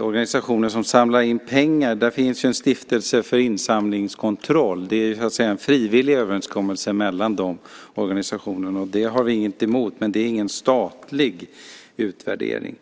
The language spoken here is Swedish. organisationer som samlar in pengar. Där finns ju en stiftelse för insamlingskontroll. Det är så att säga en frivillig överenskommelse mellan dessa organisationer, och det har vi ingenting emot. Men det är ingen statlig utvärdering.